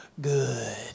good